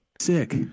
sick